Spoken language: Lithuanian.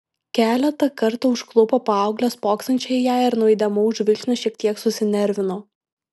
keletą kartų užklupo paauglę spoksančią į ją ir nuo įdėmaus žvilgsnio šiek tiek susinervino